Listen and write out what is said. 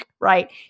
right